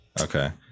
Okay